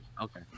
Okay